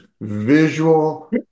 visual